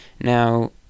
Now